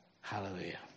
Hallelujah